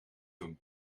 doen